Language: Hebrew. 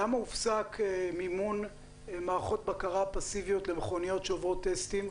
למה הופסק מימון מערכות בקרה פסיביות למכוניות שעוברות טסטים,